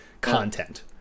content